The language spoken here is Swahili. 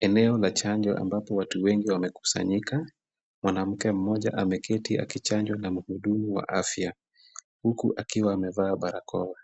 Eneo la chanjo ambapo watu wengi wamekusanyika. Mwanamke mmoja ameketi akichanjwa na mhudumu wa afya huku akiwa amevaa barakoa.